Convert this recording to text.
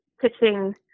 pitching